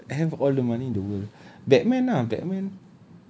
yes I have all the money in the world batman ah batman